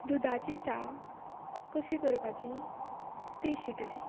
दुदाची च्या कशी करपाची ती शिकलें